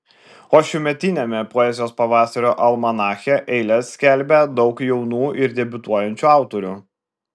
o šiemetiniame poezijos pavasario almanache eiles skelbia daug jaunų ir debiutuojančių autorių